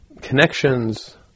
connections